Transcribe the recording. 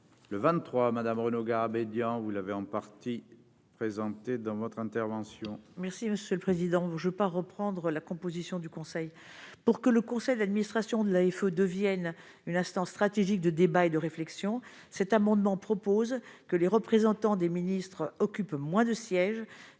le 23 Madame Renaud Garabédian, vous l'avez en partie présentée dans votre intervention. Merci monsieur le président je pas reprendre la composition du Conseil pour que le conseil d'administration de la FAO devienne une instance stratégique de débats et de réflexion, cet amendement propose que les représentants des ministres occupent moins de sièges